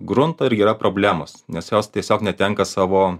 grunto irgi yra problemos nes jos tiesiog netenka savo